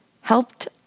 helped